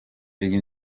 iyi